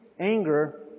anger